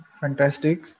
fantastic